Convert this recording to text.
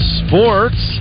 sports